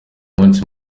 munsi